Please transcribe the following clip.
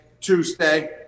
tuesday